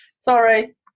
Sorry